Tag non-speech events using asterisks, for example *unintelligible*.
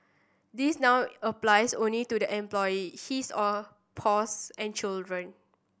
this now applies only to the employee his or *unintelligible* and children